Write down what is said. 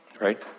right